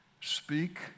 Speak